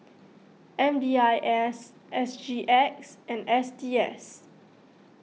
M D I S S G X and S T S